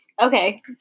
Okay